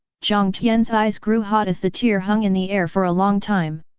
jiang tian's eyes grew hot as the tear hung in the air for a long time.